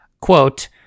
quote